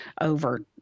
over